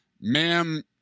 ma'am